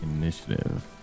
Initiative